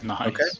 Okay